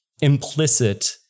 implicit